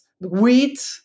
wheat